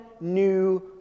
new